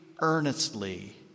earnestly